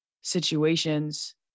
situations